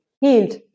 healed